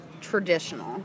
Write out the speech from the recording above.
traditional